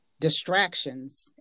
distractions